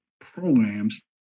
programs